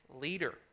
leader